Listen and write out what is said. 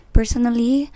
Personally